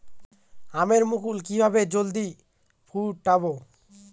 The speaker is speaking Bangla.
আমের মুকুল কিভাবে জলদি ফুটাব?